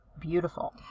beautiful